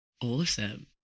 awesome